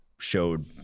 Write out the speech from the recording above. showed